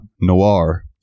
Noir